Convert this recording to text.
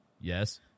Yes